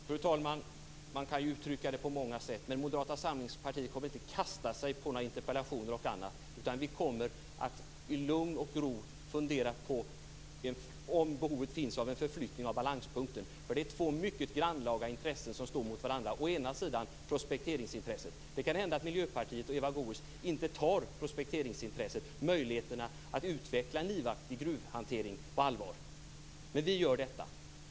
Fru talman! Man kan uttrycka det på många sätt. Moderata samlingspartiet kommer inte att kasta sig på möjligheten att skriva interpellationer och annat. Vi kommer i lugn och ro att fundera på om det finns behov av en förflyttning av balanspunkten. Det är två mycket grannlaga intressen som står mot varandra. Det ena intresset är prospekteringsintresset. Det kan hända att Miljöpartiet och Eva Goës inte tar prospekteringsintresset och möjligheterna att utveckla en livaktig gruvhantering på allvar, men vi gör detta.